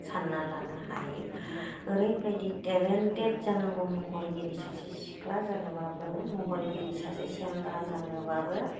सानना लानो हायो ओरैबायदि टेलेन्टेड जानांगौ महरगिरि सासे सिख्ला जानोब्लाबो महरगिरि सासे सेंग्रा जानोब्लाबो